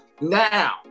now